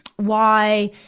why,